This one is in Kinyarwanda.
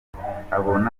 abona